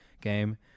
game